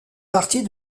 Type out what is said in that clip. partie